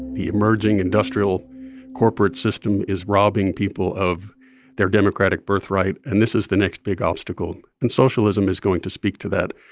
the emerging industrial corporate system is robbing people of their democratic birthright, and this is the next big obstacle. and socialism is going to speak to that,